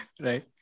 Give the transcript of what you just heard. Right